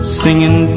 singing